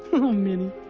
oh minnie,